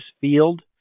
field